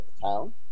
town